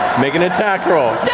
make an attack roll.